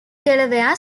delaware